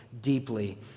deeply